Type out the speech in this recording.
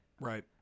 Right